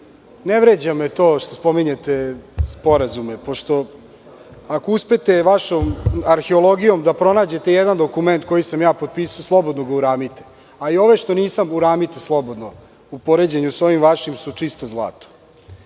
vređa me to što spominjete sporazume pošto, ako uspete vašom arheologijom da pronađete jedan dokument koji sam ja potpisao, slobodno ga uramite. A i ovaj što nisam, uramite slobodno. U poređenju sa ovim vašim su čisto zlato.